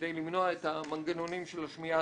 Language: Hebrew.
כדי למנוע את המנגנונים של השמיעה